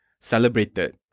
celebrated